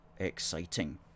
exciting